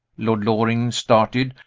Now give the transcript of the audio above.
lord loring started,